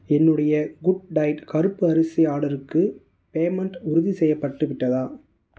என்னுடைய good diet கருப்பு அரிசி ஆர்டர்க்கு பேமெண்ட் உறுதிசெய்யப்பட்டு விட்டதா